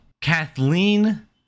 kathleen